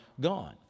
gone